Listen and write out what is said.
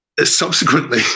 subsequently